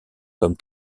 comme